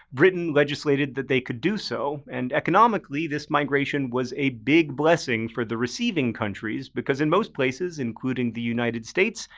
britain legislated that they could do so. and economically this migration was a big blessing for the receiving countries, because in most places, including the united states,